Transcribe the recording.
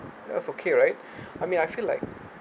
that's okay right I mean I feel like